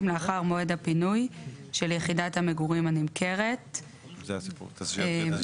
לאחר מועד הפינוי של יחידת המגורים הנמכרת."; תסבירו.